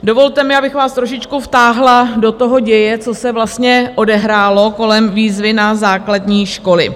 Dovolte mi, abych vás trošičku vtáhla do děje, co se vlastně odehrálo kolem výzvy na základní školy.